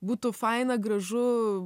būtų faina gražu